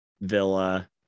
Villa